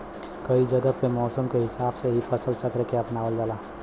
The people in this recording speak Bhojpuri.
कई जगह पे मौसम के हिसाब से भी फसल चक्र के अपनावल जाला